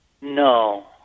No